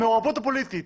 המעורבות הפוליטית,